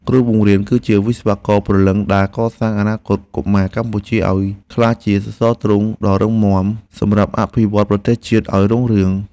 គ្រូបង្រៀន គឺជាវិស្វករព្រលឹងដែលកសាងអនាគតកុមារកម្ពុជាឱ្យក្លាយជាសសរទ្រូងដ៏រឹងមាំសម្រាប់អភិវឌ្ឍប្រទេសជាតិឱ្យរុងរឿង។